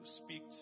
speak